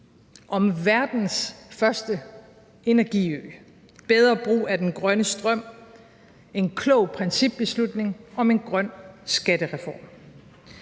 om verdens første energiø, bedre brug af den grønne strøm og en klog principbeslutning om en grøn skattereform.